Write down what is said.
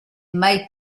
mai